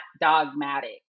dogmatic